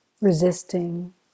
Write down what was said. resisting